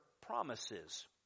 promises